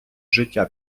життя